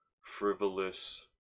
frivolous